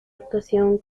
actuación